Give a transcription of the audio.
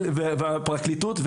והפרקליטות,